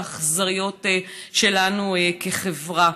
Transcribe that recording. האכזריות שלנו כחברה.